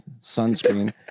Sunscreen